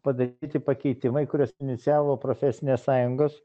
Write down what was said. padaryti pakeitimai kuriuos inicijavo profesinės sąjungos